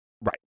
right